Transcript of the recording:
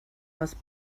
was